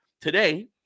today